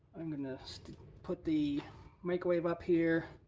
i'm gonna put the microwave up here.